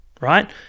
right